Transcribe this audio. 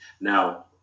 Now